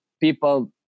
people